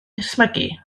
ysmygu